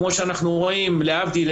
כמו שאנחנו רואים להבדיל,